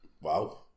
Wow